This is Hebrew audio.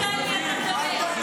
אתה מביך.